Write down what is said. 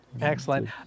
Excellent